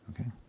Okay